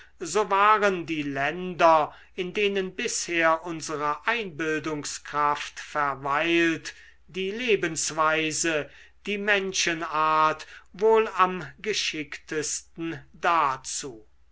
so waren die länder in denen bisher unsere einbildungskraft verweilt die lebensweise die menschenart wohl am geschicktesten dazu